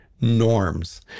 norms